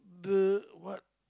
the what